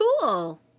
cool